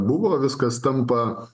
buvo viskas tampa